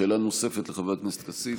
שאלה נוספת לחבר הכנסת כסיף.